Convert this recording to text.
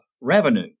revenue